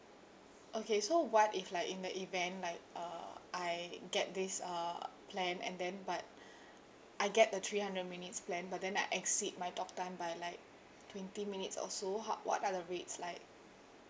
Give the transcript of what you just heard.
okay so what if like in the event like uh I get this uh plan and then but I get the three hundred minutes plan but then I exceed my talk time by like twenty minutes or so how what are the rates like